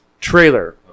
trailer